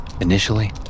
Initially